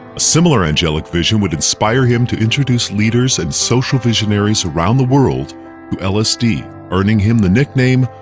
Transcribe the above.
a similar and yeah like vision would inspire him to introduce leaders and social visionaries around the world to lsd, earning him the nickname,